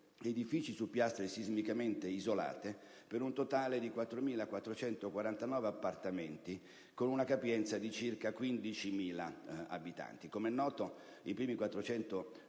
edifici su piastre sismicamente isolate, per un totale di 4.449 appartamenti, con una capienza di circa 15.000 abitanti. Com'è noto, i primi 400 appartamenti